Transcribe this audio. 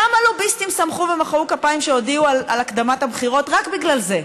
כמה לוביסטים שמחו ומחאו כפיים כשהודיעו על הקדמת הבחירות רק בגלל זה.